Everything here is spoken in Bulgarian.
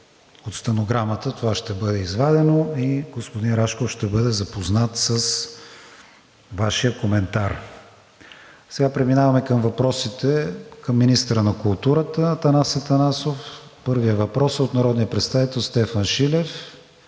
от стенограмата това ще бъде извадено и господин Рашков ще бъде запознат с Вашия коментар. Преминаваме към въпросите към министъра на културата – Атанас Атанасов. Първият въпрос е от народния представител Стефан Шилев